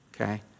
Okay